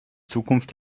zukunft